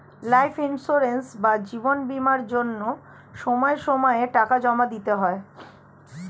life insurance বা জীবন বীমার জন্য সময় সময়ে টাকা জমা দিতে হয়